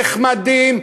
נחמדים,